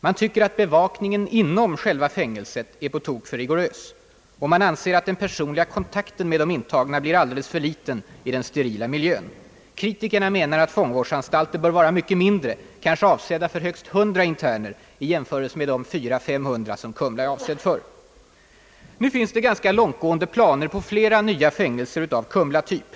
Man tycker att bevakningen inom detta fängelse är alltför rigorös och att den personliga kontakten med de intagna blir alldeles för liten i den sterila miljön. Kritikerna menar att fångvårdsanstalter bör vara mycket mindre, kanske avsedda för högst 100 interner, vilket kan jämföras med de 400—500 som Kumla fångvårdsanstalt är avsedd för. Det finns ganska långtgående planer på flera nya fängelser av kumlatyp.